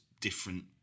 different